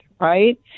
right